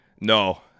No